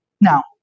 Now